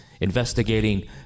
investigating